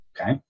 okay